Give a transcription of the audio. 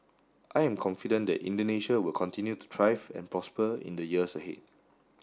I am confident that Indonesia will continue to thrive and prosper in the years ahead